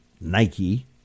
Nike